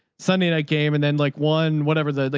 sunday night game, and then like one, whatever the,